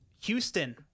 houston